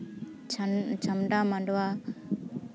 ᱪᱷᱟᱢᱰᱟ ᱢᱟᱰᱚᱣᱟ